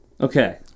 Okay